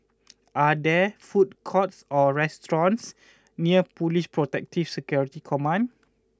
are there food courts or restaurants near Police Protective Security Command